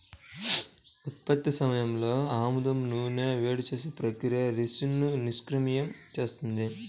ఉత్పత్తి సమయంలో ఆముదం నూనెను వేడి చేసే ప్రక్రియ రిసిన్ను నిష్క్రియం చేస్తుంది